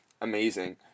amazing